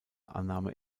annahme